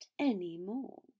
anymore